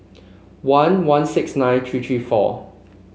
one one six nine three three four